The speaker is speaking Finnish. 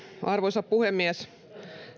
arvoisa puhemies